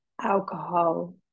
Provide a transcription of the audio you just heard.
alcohol